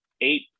eight